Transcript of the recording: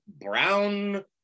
brown